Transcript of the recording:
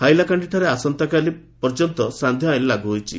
ହାଇଲାକାଣ୍ଡିରେ ଆସନ୍ତାକାଲି ପର୍ଯ୍ୟନ୍ତ ସାନ୍ଧ୍ୟ ଆଇନ୍ ଲାଗୁ ହୋଇଛି